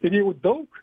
ir jeigu daug